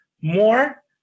more